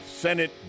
Senate